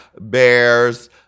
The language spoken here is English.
Bears